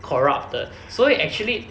corrupt 的所以 actually